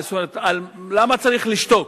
למה צריך לשתוק?